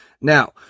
Now